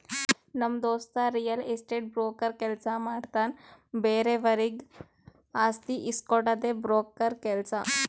ನಮ್ ದೋಸ್ತ real estate broker ಕೆಲ್ಸ ಮಾಡ್ತಾನ್ ಬೇರೆವರಿಗ್ ಆಸ್ತಿ ಇಸ್ಕೊಡ್ಡದೆ ಬ್ರೋಕರ್ ಕೆಲ್ಸ